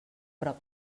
prop